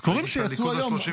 רוב הציבור, סקרים שיצאו היום.